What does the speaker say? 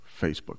Facebook